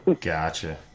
Gotcha